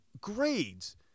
grades